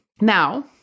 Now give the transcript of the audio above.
now